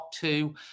two